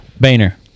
Boehner